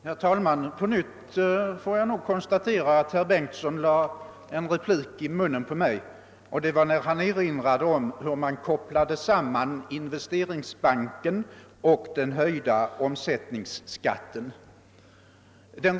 Herr talman! På nytt får jag nog konstatera att herr Bengtsson lade en replik i munnen på mig, när han erinrade om att tillskapandet av Investeringsbanken var sammankopplad med den höjda <omsättningsskatten.